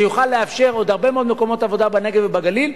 זה יוכל לאפשר עוד הרבה מאוד מקומות עבודה בנגב ובגליל,